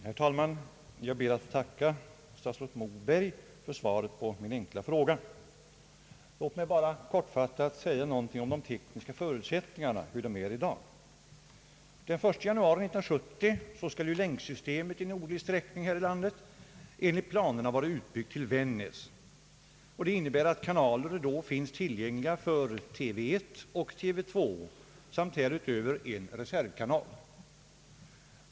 Herr talman! Jag ber att få tacka statsrådet Moberg för svaret på min enkla fråga. Låt mig bara kortfattat säga något om de tekniska förutsättningarna i dag. Den 1 januari 1970 skall länksystemet i nordisk sträckning enligt planerna vara utbyggt till Vännäs. Det innebär att kanaler då finns tillgängliga för TV 1 och TV 2 samt därutöver en reservkanal.